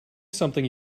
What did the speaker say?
something